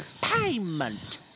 Payment